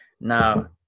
Now